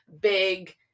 big